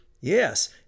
Yes